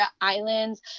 islands